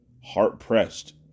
heart-pressed